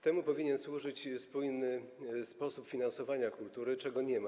Temu powinien służyć spójny sposób finansowania kultury, czego nie ma.